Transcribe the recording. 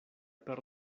per